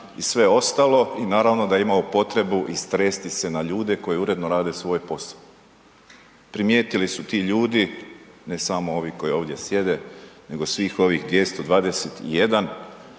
i sve ostalo i naravno da je imao potrebu istresti se na ljude koji uredno rade svoj posao. Primijetili su ti ljudi, ne samo koji ovdje sjede, nego svih ovih 221